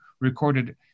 recorded